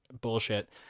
bullshit